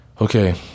okay